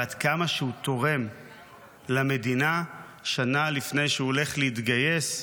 ועד כמה הוא תורם למדינה שנה לפני שהוא הולך להתגייס.